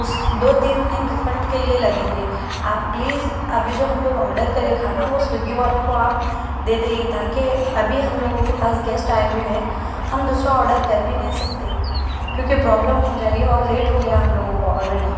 اس دو تین دن ریفنڈ کے لیے لگیں گے آپ پلیز ابھی جو ہم لوگ آڈر کرے کھانا وہ سوگی والوں کو آپ دے دے تاکہ ابھی ہم لوگوں کے پاس گیسٹ آئے ہوئے ہیں ہم دوسرا آڈر کر بھی نہیں سکتے کیوں کہ پرابلم ہو جائے گی اور لیٹ ہو گیا ہم لوگوں کو آلریڈی